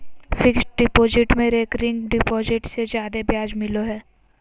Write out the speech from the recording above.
fixed deposit में recurring deposit से जादे ब्याज मिलो हय